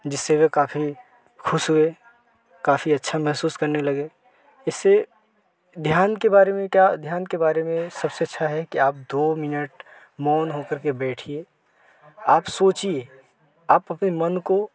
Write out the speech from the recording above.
जिससे वो काफी खुश हुए काफी अच्छा मेहसूस करने लगे इससे ध्यान के बारे में क्या ध्यान के बारे में सबसे अच्छा है कि आप दो मिनट मौन होकर के बैठिए आप सोचिए आप अपने मन को